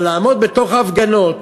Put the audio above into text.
אבל לעמוד בתוך ההפגנות,